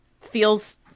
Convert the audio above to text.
feels